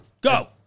Go